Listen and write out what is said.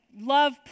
love